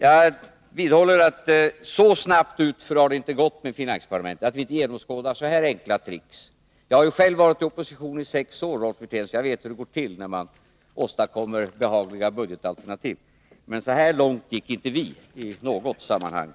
Jag vidhåller att så snabbt utför har det inte gått med finansdepartementet, att vi inte genomskådar så här enkla tricks. Jag har ju själv varit i opposition i sex år, Rolf Wirtén, så jag vet hur det går till när man åstadkommer behagliga budgetalternativ. Men så här långt gick inte vi i något sammanhang.